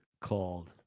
called